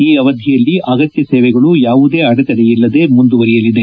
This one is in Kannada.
ಈ ಅವಧಿಯಲ್ಲಿ ಅಗತ್ಯ ಸೇವೆಗಳು ಯಾವುದೇ ಅಡೆತಡೆಯಿಲ್ಲದೆ ಮುಂದುವರಿಯಲಿದೆ